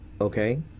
Okay